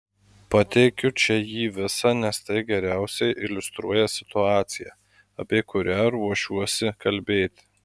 pateikiu čia jį visą nes tai geriausiai iliustruoja situaciją apie kurią ruošiuosi kalbėti